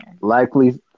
Likely